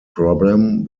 problem